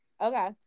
Okay